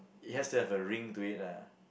it has to have a ring to it ah